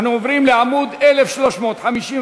אנחנו עוברים לעמוד 1352,